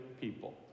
people